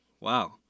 Wow